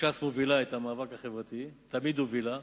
ש"ס מובילה את המאבק החברתי ותמיד הובילה.